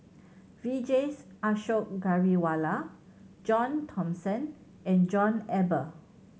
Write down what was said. Vijesh Ashok Ghariwala John Thomson and John Eber